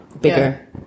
bigger